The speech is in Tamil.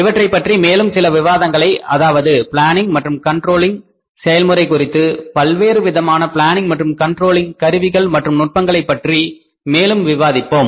இவற்றைப் பற்றி மேலும் சில விவாதங்களை அதாவது பிளானிங் மற்றும் கண்ட்ரோலிங் Planning Controlling செயல் முறை குறித்தும் பல்வேறு விதமான பிளானிங் மற்றும் கண்ட்ரோலிங் Planning Controlling கருவிகள் மற்றும் நுட்பங்களைப் பற்றி மேலும் விவாதிப்போம்